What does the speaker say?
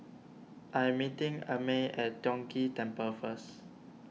I am meeting Amey at Tiong Ghee Temple first